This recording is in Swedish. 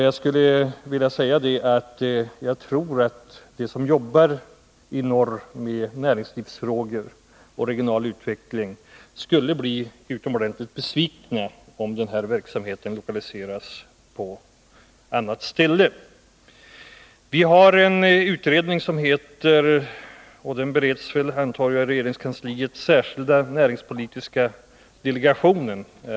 Jag skulle vilja tillägga att jag tror att de som jobbar med näringslivsfrågor och frågor om regional utveckling i norr skulle bli utomordentligt besvikna om den här verksamheten lokaliserades till annat ställe. Jag ber att i det sammanhanget få citera ur den utredning som jag antar bereds i regeringskansliet och som har arbetsnamnet Särskilda näringspolitiska delegationen.